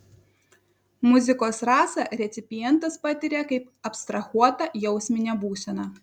muzikos rasą recipientas patiria kaip abstrahuotą jausminę būseną